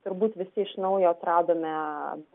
turbūt visi iš naujo atradome